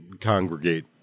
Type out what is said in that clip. congregate